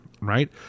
Right